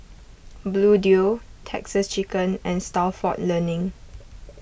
Bluedio Texas Chicken and Stalford Learning